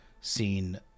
seen